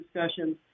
discussions